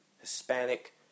Hispanic